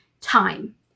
time